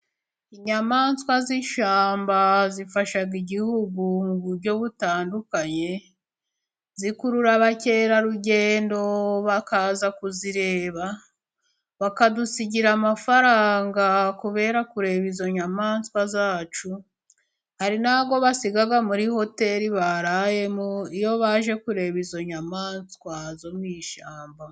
Inyamaswa z'ishyamba zifasha igihugu mu buryo butandukanye，zikurura abakerarugendo bakaza kuzireba， bakadusigira amafaranga kubera kureba izo nyamaswa zacu， hari nayo basiga muri hoteri barayemo，iyo baje kureba izo nyamaswa zo mu ishymba.